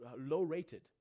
low-rated